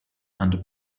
under